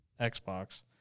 Xbox